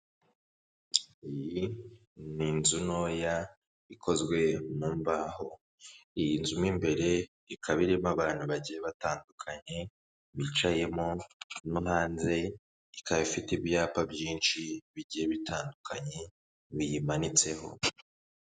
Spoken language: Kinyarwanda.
Iyi ni inzu ntoya ikozwe mu mbaho. Iyi nzu mo imbere ikaba irimo abantu bagiye batandukanye bicayemo, no hanze ikaba ifite ibya byapa byinshi bigiye bitandukanye biyimanitseho.